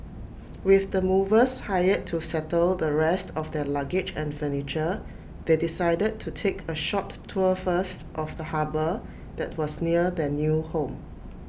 with the movers hired to settle the rest of their luggage and furniture they decided to take A short tour first of the harbour that was near their new home